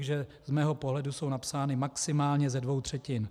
Z mého pohledu jsou napsány maximálně ze dvou třetin.